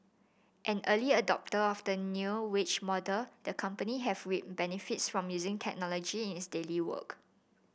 an early adopter of the new wage model the company has reaped benefits from using technology in its daily work